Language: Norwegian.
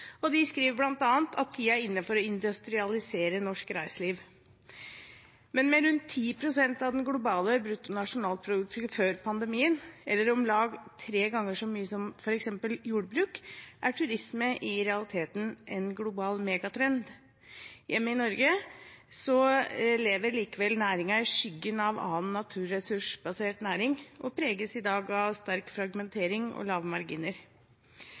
De skriver bl.a. at «tiden er inne for å industrialisere norsk reiseliv». Med rundt 10 pst. av det globale bruttonasjonalproduktet før pandemien, eller om lag tre ganger så mye som f.eks. jordbruk, er turisme i realiteten en global megatrend. Hjemme i Norge lever likevel næringen i skyggen av annen naturressursbasert næring og preges i dag av sterk fragmentering og